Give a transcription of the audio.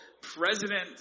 President